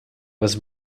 was